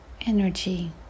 energy